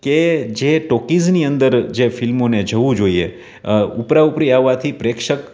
કે જે ટૉકીઝની અંદર જે ફિલ્મોને જવું જોઈએ ઉપરા ઉપરી આવવાંથી પ્રેક્ષક